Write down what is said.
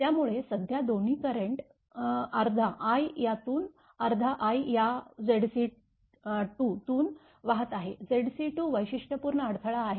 त्यामुळे सध्या दोन्ही करेंट अर्धा i यातून अर्धा i या Zc2 तून वाहत आहे Zc2 वैशिष्ट्यपूर्ण अडथळा आहे